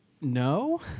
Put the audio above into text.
No